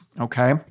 okay